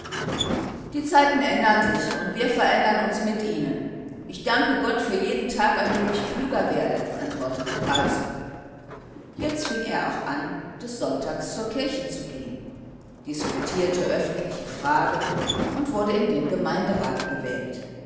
die zeiten ändern sich und wir verändern uns mit ihnen ich danke gott für jeden tag an dem ich klüger werde antwortete carlsson jetzt fing er auch an des sonntags zur kirche zu gehen diskutierte öffentliche fragen und wurde in den gemeinderat gewählt